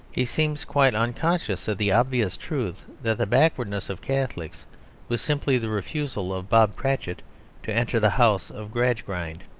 he seems quite unconscious of the obvious truth, that the backwardness of catholics was simply the refusal of bob cratchit to enter the house of gradgrind.